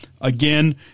again